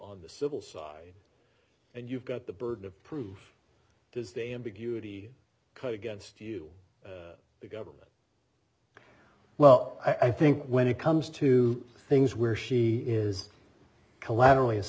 on the civil side and you've got the burden of proof does the ambiguity come against you the government well i think when it comes to things where she is collateral